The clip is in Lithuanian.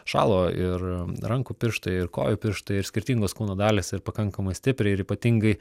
šalo ir rankų pirštai ir kojų pirštai ir skirtingos kūno dalys ir pakankamai stipriai ir ypatingai